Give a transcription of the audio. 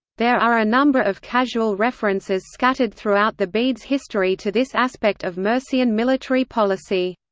there are a number of casual references scattered throughout the bede's history to this aspect of mercian military policy.